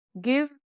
give